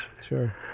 sure